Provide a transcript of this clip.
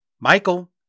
Michael